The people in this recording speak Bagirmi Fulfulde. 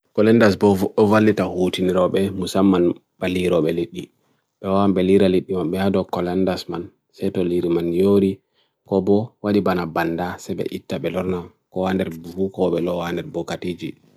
Kolandas bo overlita hootin robe musaman bali robe lidi. Dwa bali robe lidi mambe hado kolandas man seto lidi man yori ko bo wadibana banda sebe ita belorna. Ko ande bo ko belor, ande bo katiji.